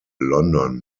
london